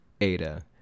ADA